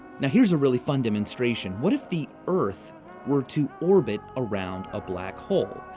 now here's a really fun demonstration. what if the earth were to orbit around a black hole?